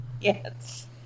Yes